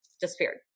disappeared